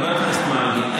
חבר הכנסת מרגי,